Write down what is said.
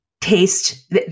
taste